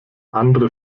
andere